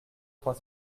trois